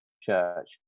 church